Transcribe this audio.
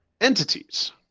entities